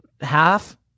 half